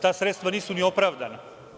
Ta sredstva nisu ni opravdana.